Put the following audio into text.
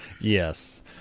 Yes